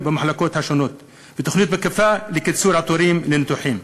ובמחלקות השונות ותוכנית מקיפה לקיצור התורים לניתוחים.